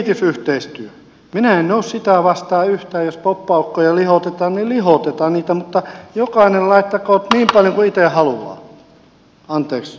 minä en ole sitä vastaan yhtään jos poppaukkoja lihotetaan niin lihotetaan niitä mutta jokainen laittakoon niin paljon kuin itse haluaa